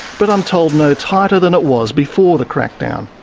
but i'm told no tighter than it was before the crackdown.